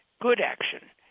good action,